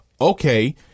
okay